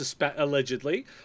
allegedly